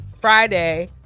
Friday